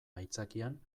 aitzakian